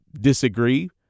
disagree